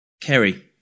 Kerry